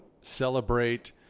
celebrate